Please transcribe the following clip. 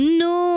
no